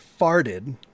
farted